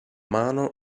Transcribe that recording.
mano